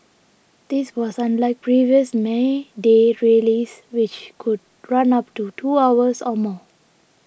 this was unlike previous May Day rallies which could run up to two hours or more